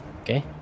okay